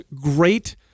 Great